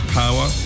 power